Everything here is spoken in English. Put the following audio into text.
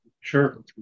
Sure